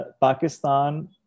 Pakistan